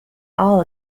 all